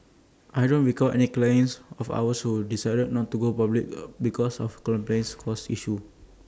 I don't recall any clients of ours who decided not to go public because of compliance costs issues